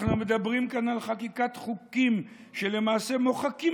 אנחנו מדברים כאן על חקיקת חוקים שלמעשה מוחקים